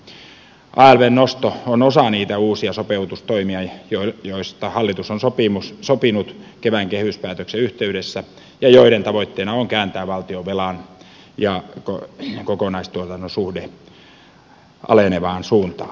alvn nosto on osa niitä uusia sopeutustoimia joista hallitus on sopinut kevään kehyspäätöksen yhteydessä ja joiden tavoitteena on kääntää valtionvelan ja kokonaistuotannon suhde alenevaan suuntaan